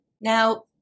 Now